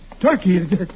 Turkey